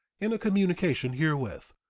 in a communication herewith,